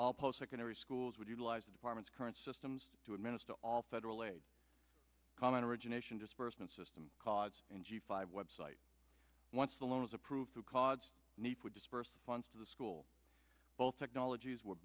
all post secondary schools would utilize the department's current systems to administer all federal aid common origination disbursement system cause and g five website once the loan is approved to cause need to disperse funds to the school both technologies were